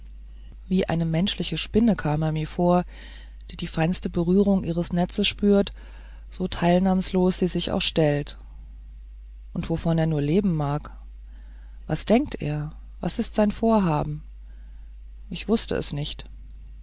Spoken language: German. wie eine menschliche spinne kam er mir vor die die feinste berührung ihres netzes spürt so teilnahmslos sie sich auch stellt und wovon er nur leben mag was denkt er und was ist sein vorhaben ich wußte es nicht